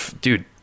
Dude